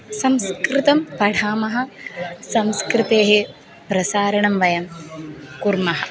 संस्कृतं पठामः संस्कृतेः प्रसारणं वयं